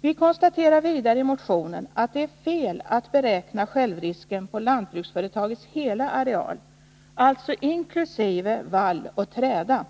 Vi konstaterar vidare i motionen att det är fel att beräkna självrisken på lantbruksföretagets hela areal, alltså inkl. vall och träda.